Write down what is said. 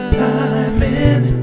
timing